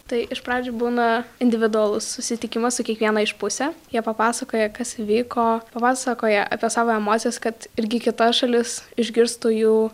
tai iš pradžių būna individualus susitikimas su kiekviena iš pusių jie papasakoja kas vyko papasakoja apie savo emocijas kad irgi kita šalis išgirstų jų